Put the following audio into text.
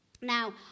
Now